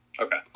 Okay